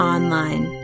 Online